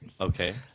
Okay